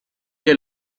que